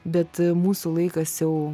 bet mūsų laikas jau